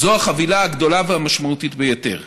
זו החבילה הגדולה והמשמעותית ביותר.